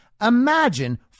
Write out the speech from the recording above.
Imagine